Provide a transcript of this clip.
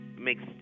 makes